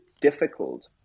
difficult